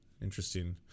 Interesting